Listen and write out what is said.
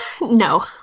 No